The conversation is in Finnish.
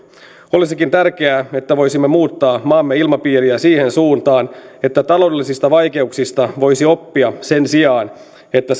olisikin tärkeää että voisimme muuttaa maamme ilmapiiriä siihen suuntaan että taloudellisista vaikeuksista voisi oppia sen sijaan että